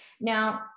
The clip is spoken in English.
Now